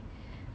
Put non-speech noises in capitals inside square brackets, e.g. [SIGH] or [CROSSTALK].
[BREATH]